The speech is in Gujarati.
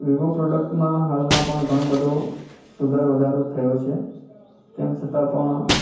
વિવો પ્રોડક્ટમાં હાલમાં પણ ઘણું બધું સુધારો વધારો થયો છે તેમ છતાં પણ